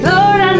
Lord